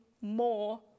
more